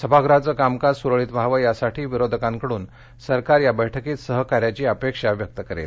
सभागृहांचं कामकाज सुरळित व्हावं यासाठी विरोधकांकडून सरकार या बैठकीत सहकार्याची अपेक्षा व्यक्त करेल